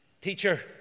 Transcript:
Teacher